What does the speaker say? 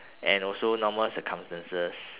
and also normal circumstances